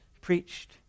preached